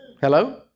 Hello